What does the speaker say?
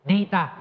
Data